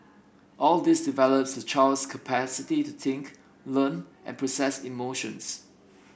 all this develops the child's capacity to think learn and process emotions